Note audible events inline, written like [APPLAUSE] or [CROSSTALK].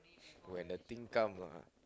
[NOISE] when the thing come ah